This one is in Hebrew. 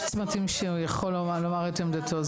יש צמתים שהוא יכול לומר את עמדתו.